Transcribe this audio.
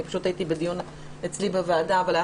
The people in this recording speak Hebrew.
פשוט הייתי בדיון אצלי בוועדה אבל היה